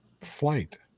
Flight